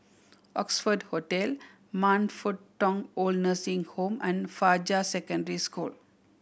Oxford Hotel Man Fut Tong OId Nursing Home and Fajar Secondary School